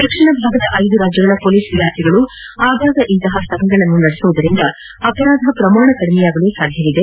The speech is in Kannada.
ದಕ್ಷಿಣ ಭಾಗದ ಐದು ರಾಜ್ಯಗಳ ಪೊಲೀಸ್ ಇಲಾಖೆಗಳು ಆಗಾಗ್ಗೇ ಇಂತಹ ಸಭೆ ನಡೆಸುವುದರಿಂದ ಅಪರಾಧ ಪ್ರಮಾಣ ಕಡಿಮೆಯಾಗಲು ಸಾಧ್ಯವಿದೆ